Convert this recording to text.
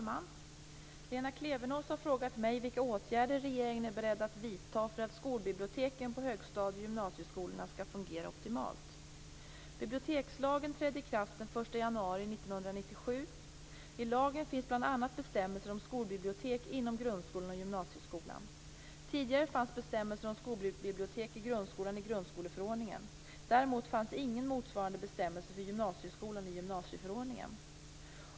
Fru talman! Lena Klevenås har frågat mig vilka åtgärder regeringen är beredd att vidta för att skolbiblioteken på högstadie och gymnasieskolorna skall fungera optimalt. lagen finns bl.a. bestämmelser om skolbibliotek inom grundskolan och gymnasieskolan. Tidigare fanns bestämmelser om skolbibliotek i grundskolan i grundskoleförordningen. Däremot fanns ingen motsvarande bestämmelse för gymnasieskolan i gymnasieförordningen.